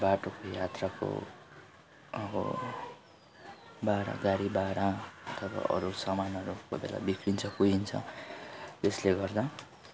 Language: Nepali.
बाटोको यात्राको अब भाडा गाडी भाडा अथवा अरू सामानहरू कोही बेला बिग्रिन्छ कुहिन्छ त्यसले गर्दा